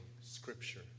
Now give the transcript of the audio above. scripture